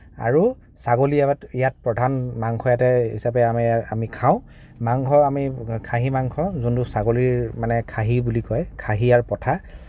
আৰু ছাগলী ইয়াত প্ৰধান মাংস এয়াতে হিচাপে আমি খাওঁ মাংস আমি খাহী মাংস যোনটো ছাগলীৰ মানে খাহী বুলি কয় খাহী আৰু পথা